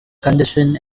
condition